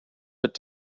but